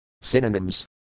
Synonyms